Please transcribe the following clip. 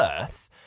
Earth